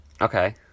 Okay